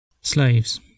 slaves